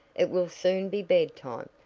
it will soon be bedtime,